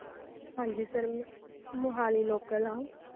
ਹਾਂਜੀ sir Mohali local ਹਾਂ